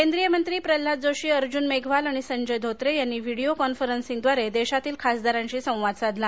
केंद्रीय मंत्री प्रल्हाद जोशी अर्ज्न मेघवाल आणि संजय धोत्रे यांनी व्हीडीओ कॉन्फरन्सिंगद्वारे देशातील खासदारांशी सवाद साधला